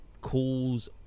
calls